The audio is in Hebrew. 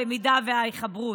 הלמידה וההתחברות.